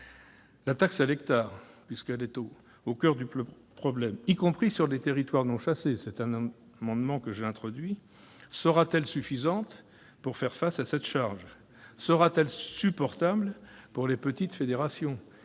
la taxe à l'hectare, qui est au coeur du problème, y compris sur les territoires non chassés, sera-t-elle suffisante pour faire face à cette charge ? Sera-t-elle supportable pour les petites fédérations ?